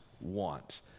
want